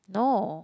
no